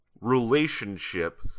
relationship